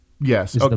Yes